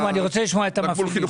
שלמה, אני רוצה לשמוע את המפעילים.